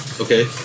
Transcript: Okay